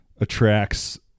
attracts